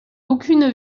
aucune